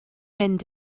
mynd